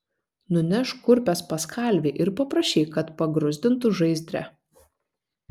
nunešk kurpes pas kalvį ir paprašyk kad pagruzdintų žaizdre